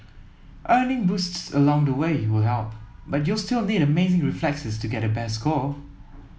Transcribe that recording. earning boosts along the way will help but you'll still need amazing reflexes to get the best score